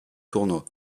tournoi